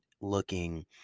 looking